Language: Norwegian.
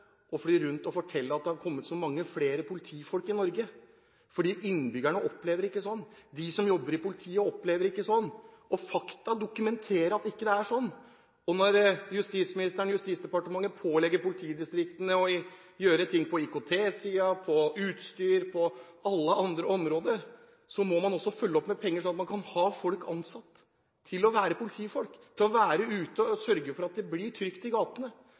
rundt og fortelle at det har kommet så mange flere politifolk i Norge? For innbyggerne opplever det ikke sånn. De som jobber i politiet, opplever det ikke sånn. Fakta dokumenterer at det ikke er sånn. Når justisministeren og Justisdepartementet pålegger politidistriktene å gjøre ting på IKT-siden, på utstyrssiden og på alle andre områder, må man også følge opp med penger, sånn at man kan ha folk ansatt til å være politifolk – folk til å være ute og sørge for at det blir trygt i gatene.